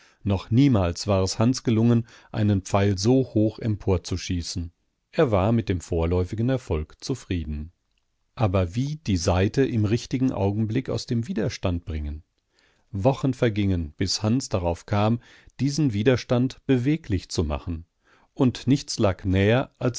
noch niemals war es hans gelungen einen pfeil so hoch emporzuschießen er war mit dem vorläufigen erfolg zufrieden aber wie die saite im richtigen augenblick aus dem widerstand bringen wochen vergingen bis hans darauf kam diesen widerstand beweglich zu machen und nichts lag näher als